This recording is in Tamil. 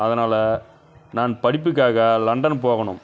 அதனால் நான் படிப்புக்காக லண்டன் போகணும்